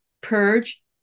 purge